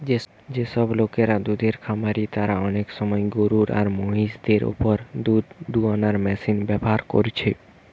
যেসব লোকরা দুধের খামারি তারা অনেক সময় গরু আর মহিষ দের উপর দুধ দুয়ানার মেশিন ব্যাভার কোরছে